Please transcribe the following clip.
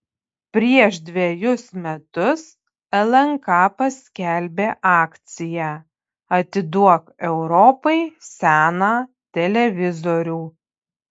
prieš dvejus metus lnk paskelbė akciją atiduok europai seną televizorių